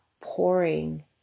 pouring